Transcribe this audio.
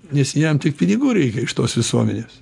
nes jam tik pinigų reikia iš tos visuomenės